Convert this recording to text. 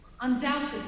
Undoubtedly